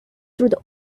through